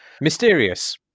Mysterious